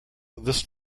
this